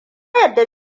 yadda